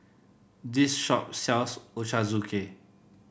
this shop sells Ochazuke